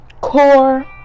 core